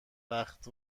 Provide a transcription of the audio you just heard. وقت